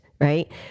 right